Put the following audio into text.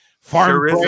farm